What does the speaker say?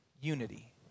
unity